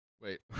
Wait